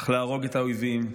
צריך להרוג את האויבים,